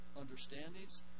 understandings